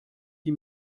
die